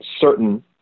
certain